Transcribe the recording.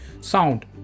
sound